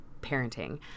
parenting